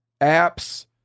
apps